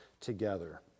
together